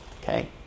okay